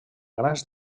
grans